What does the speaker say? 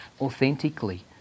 authentically